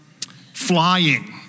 Flying